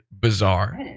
bizarre